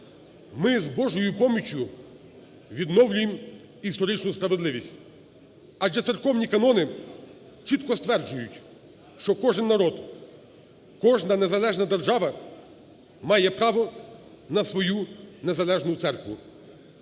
Ми з Божою поміччю відновлюємо історичну справедливість. Адже церковні канони чітко стверджують, що кожен народ, кожна незалежна держава має право на свою незалежну церкву.